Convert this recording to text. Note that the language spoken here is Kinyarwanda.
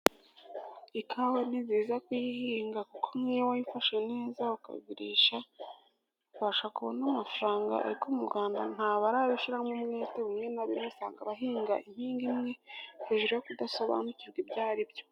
Ikawa ni nziza kuyihinga kuko nk'iyo wayifashe neza ukayigurisha ubasha kubona amafaranga. Ariko mu Rwanda ntabarashyiramo umwete, rimwe na rimwe usanga bahinga impingo imwe, hejuru yo kudasobanukirwa ibyaribyo.